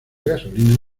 gasolina